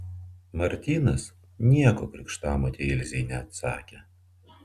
martynas nieko krikštamotei ilzei neatsakė